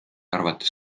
arvates